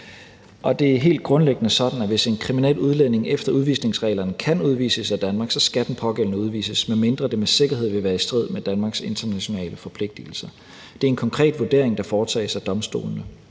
Det er helt grundlæggende sådan, at hvis en kriminel udlænding efter udvisningsreglerne kan udvises af Danmark, skal den pågældende udvises, medmindre det med sikkerhed vil være i strid med Danmarks internationale forpligtelser. Det er en konkret vurdering, der foretages af domstolene.